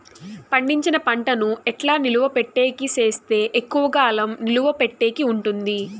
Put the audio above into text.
పండించిన పంట ను ఎట్లా నిలువ పెట్టేకి సేస్తే ఎక్కువగా కాలం నిలువ పెట్టేకి ఉంటుంది?